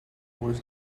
was